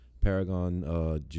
Paragon